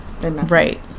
Right